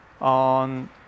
on